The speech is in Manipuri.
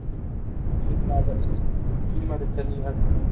ꯅꯨꯃꯤꯠ ꯑꯃꯗ ꯅꯨꯃꯤꯠ ꯑꯃꯗ ꯆꯅꯤ ꯈꯛꯇꯅꯦ